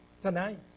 Tonight